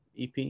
EP